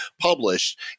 published